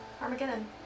Armageddon